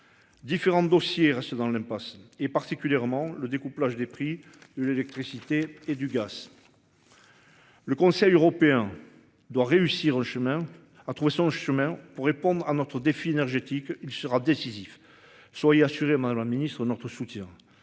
Différentes dossiers restent dans l'impasse et particulièrement le découplage des prix de l'électricité et du gaz.-- Le Conseil européen. Doit réussir le chemin à trouver son chemin pour répondre à notre défi énergétique. Il sera décisif. Soyez assurée Madame le Ministre notre soutien,